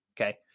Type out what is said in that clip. Okay